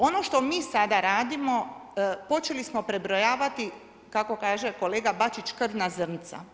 Oni što mi sada radimo, počeli smo prebrojavati, kako kaže kolega Bačić, krvna zrnca.